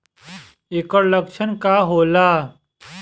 ऐकर लक्षण का होला?